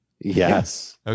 Yes